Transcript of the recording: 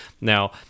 Now